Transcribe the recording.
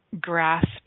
grasp